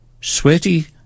Sweaty